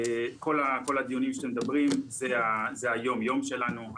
כל הדיונים שאתם מדברים זה היום-יום שלנו.